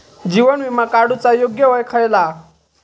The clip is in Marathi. जीवन विमा काडूचा योग्य वय खयला?